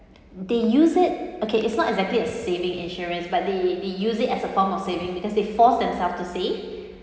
they use it okay it's not exactly as saving insurance but they they use it as a form of saving because they forced themselves to save